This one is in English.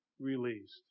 released